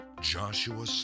Joshua